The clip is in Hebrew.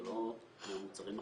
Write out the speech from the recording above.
זה לא מהמוצרים החדשים,